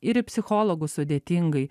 ir į psichologus sudėtingai